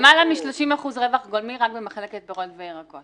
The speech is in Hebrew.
למעלה מ-30% רווח גולמי רק במחלקת פירות וירקות.